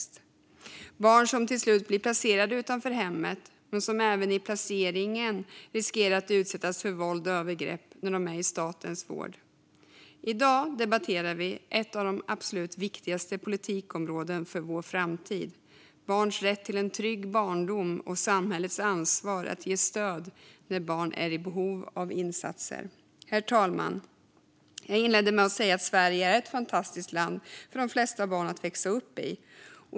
Det finns barn som till slut blir placerade utanför hemmet men som även i placeringen riskerar att utsättas för våld och övergrepp när de är i statens vård. I dag debatteras ett av de absolut viktigaste politikområdena för vår framtid: barns rätt till en trygg barndom och samhällets ansvar att ge stöd när barn är i behov av insatser. Herr talman! Jag inledde med att säga att Sverige är ett fantastiskt land för de flesta barn att växa upp i.